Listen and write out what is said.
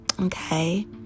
Okay